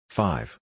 Five